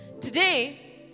Today